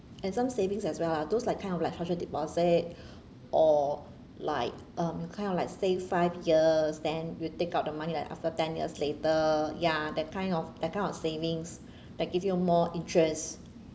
and some savings as well lah those like kind of like household deposit or like um you kind of like say five years then you take out the money like after ten years later ya that kind of that kind of savings that give you more interest